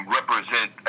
represent